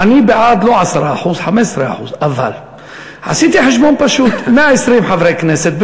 אני בעד לא 10%; 15%. אבל עשיתי חשבון פשוט: 120 חברי כנסת,